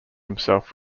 himself